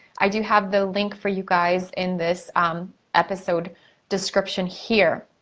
i do have the link for you guys in this episode description here.